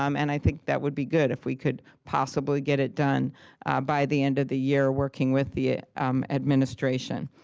um and i think that would be good if we could possibly get it done by the end of the year, working with the um administration.